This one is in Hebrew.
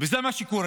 וזה מה שקורה.